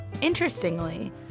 Interestingly